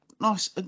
Nice